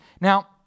Now